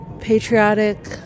patriotic